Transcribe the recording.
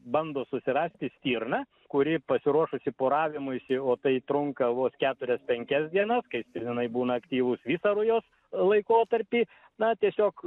bando susirasti stirną kuri pasiruošusi poravimuisi o tai trunka vos keturias penkias dienas kai stirninai būna aktyvūs visą rujos laikotarpį na tiesiog